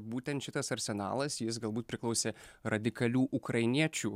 būtent šitas arsenalas jis galbūt priklausė radikalių ukrainiečių